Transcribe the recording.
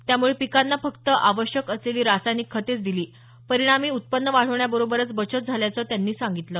त्यामुळे पिकांना फक्त आवश्यक असलेली रासायनिक खतेचं दिली परिणामी उत्पन्न वाढण्याबरोबरचं बचत झाल्याचं त्यांनी सांगितलं